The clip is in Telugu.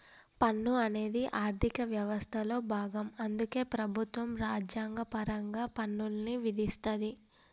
పన్ను అనేది ఆర్థిక వ్యవస్థలో భాగం అందుకే ప్రభుత్వం రాజ్యాంగపరంగా పన్నుల్ని విధిస్తది